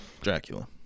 Dracula